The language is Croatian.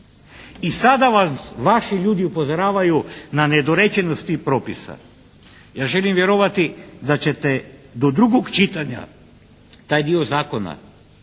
i sada vaši ljudi upozoravaju na nedorečenost tih propisa. Ja želim vjerovati da ćete do drugog čitanja taj dio zakona